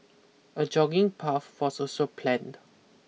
a jogging path was also planned